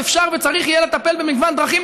אפשר וצריך יהיה לטפל במגוון דרכים.